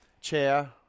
Chair